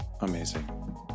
Amazing